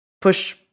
push